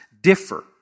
differ